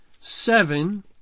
seven